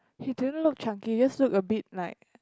he didn't look chunky just look a bit like